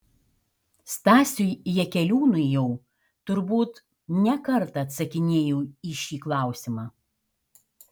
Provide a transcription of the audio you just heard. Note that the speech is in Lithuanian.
stasiui jakeliūnui jau turbūt ne kartą atsakinėjau į šį klausimą